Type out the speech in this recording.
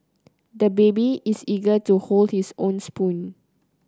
the baby is eager to hold his own spoon